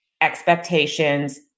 expectations